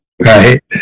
Right